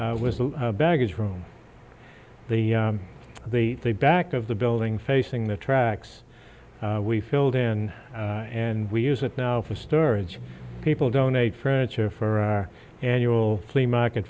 the baggage room the the back of the building facing the tracks we filled in and we use it now for storage people donate furniture for our annual flea market